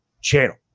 channel